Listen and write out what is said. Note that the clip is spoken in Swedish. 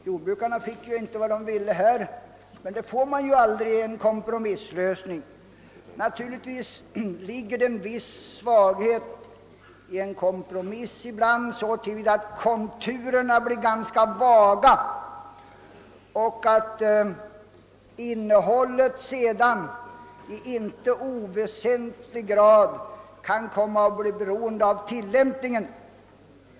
Jordbrukarna fick inte vad de ville ha, men det är ju vanligt vid en kompromisslösning att ingen blir riktigt nöjd. En kompromisslösning har också ibland den svagheten att konturerna ter sig ganska vaga och att resultatet av kompromissen blir beroende av tillämpningen.